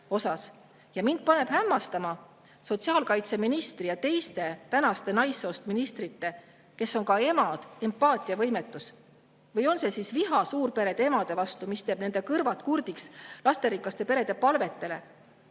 Mind paneb hämmastama sotsiaalkaitseministri ja teiste tänaste naissoost ministrite – kes on ka emad – empaatiavõimetus. Või on see siis viha suurperede emade vastu, mis teeb nende kõrvad kurdiks lasterikaste perede palvetele,